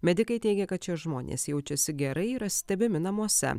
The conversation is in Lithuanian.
medikai teigia kad šie žmonės jaučiasi gerai yra stebimi namuose